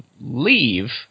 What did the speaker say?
leave